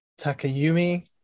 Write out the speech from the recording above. Takayumi